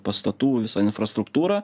pastatų visą infrastruktūrą